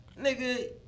nigga